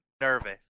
nervous